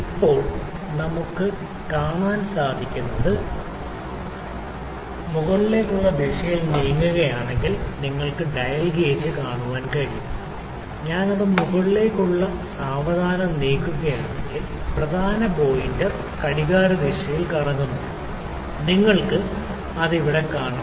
ഇപ്പോൾ ഞാൻ അത് മുകളിലേക്കുള്ള ദിശയിലേക്ക് നീക്കുകയാണെങ്കിൽ നിങ്ങൾക്ക് ഡയൽ ഗേജ് കാണാൻ കഴിയും ഞാൻ അത് മുകളിലേക്കുള്ള ദിശകളിലേക്ക് സാവധാനം നീക്കുകയാണെങ്കിൽ പ്രധാന പോയിന്റർ ഘടികാരദിശയിൽ കറങ്ങുന്നു നിങ്ങൾക്ക് അത് ഇവിടെ കാണാം